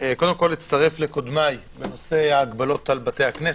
אצטרף לקודמיי בעניין ההגבלות על בתי הכנסת.